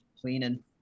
cleaning